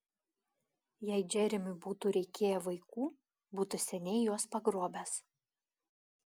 jei džeremiui būtų reikėję vaikų būtų seniai juos pagrobęs